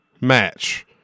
match